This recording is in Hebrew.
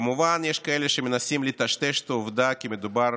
כמובן, יש כאלה שמנסים לטשטש את העובדה כי מדובר